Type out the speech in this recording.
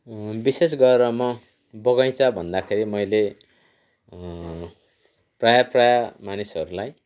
विशेष गरेर म बगैँचा भन्दाखेरि मैले प्रायः प्रायः मानिसहरूलाई